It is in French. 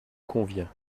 convient